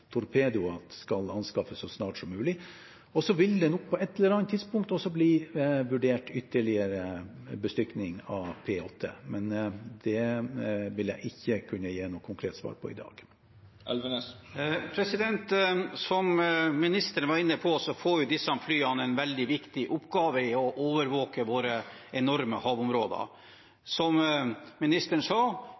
skal anskaffes så snart som mulig. Og så vil det nok på et eller annet tidspunkt også bli vurdert ytterligere bestykning av P-8. Men det vil jeg ikke kunne gi noe konkret svar på i dag. Som ministeren var inne på, får disse flyene en veldig viktig oppgave i å overvåke våre enorme havområder. Som han sa,